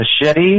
machete